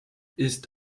ist